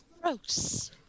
Gross